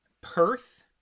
Perth